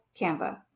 Canva